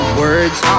words